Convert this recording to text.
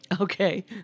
Okay